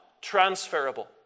transferable